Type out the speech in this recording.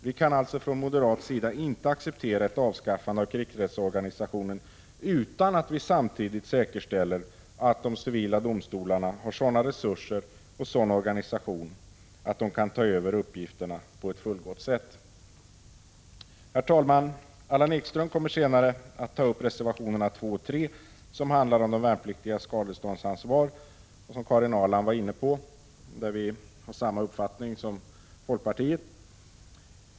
Vi kan alltså från moderat sida inte acceptera ett avskaffande av krigsrättsorganisationen utan att man samtidigt säkerställer att de civila domstolarna har sådana resurser och sådan organisation att de kan ta över uppgifterna på ett fullgott sätt. Herr talman! Allan Ekström kommer senare att ta upp reservationerna 2 och 3, som handlar om de värnpliktigas skadeståndsansvar. Karin Ahrland var tidigare inne på denna fråga, och vi har samma uppfattning som folkpartiet.